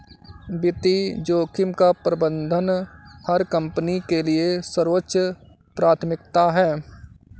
वित्तीय जोखिम का प्रबंधन हर कंपनी के लिए सर्वोच्च प्राथमिकता है